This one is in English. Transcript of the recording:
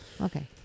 okay